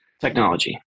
Technology